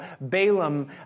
Balaam